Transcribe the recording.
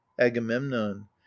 agamemnon